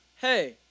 Hey